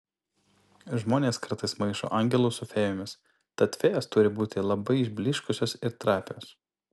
žmonės kartais maišo angelus su fėjomis tad fėjos turi būti labai išblyškusios ir trapios